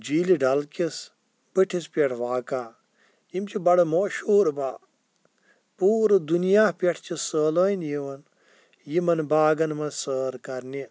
جھیٖلِ ڈل کِس بٔٹھِس پٮ۪ٹھ واقع یِم چھِ بَڑٕ موشوٗر باغ پوٗرٕ دُنیا پٮ۪ٹھ چھِ سٲلٲنۍ یِوَن یِمَن باغَن منٛز سٲر کَرنہِ